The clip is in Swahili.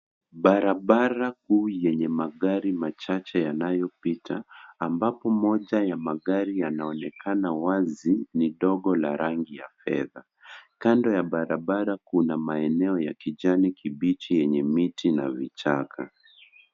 Barabara kuu yenye magari machache yanayopita ambapo moja ya magari yanaonekana wazi ni dogo la rangi ya fedha. Kando ya barabara kuna maeneo ya kijani kibichi yenye miti na vichaka.